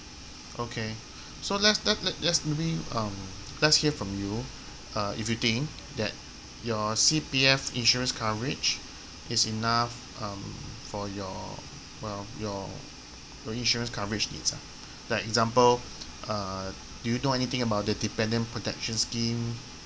okay so let's let let just maybe um let's hear from you uh if you think that your C_P_F insurance coverage is enough um for your well your your insurance coverage needs ah like example uh do you know anything about the dependent protection scheme